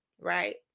right